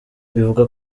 bivugwa